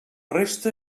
resta